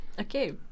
Okay